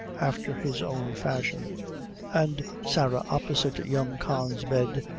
after his own fashion and sarah opposite young con's bed,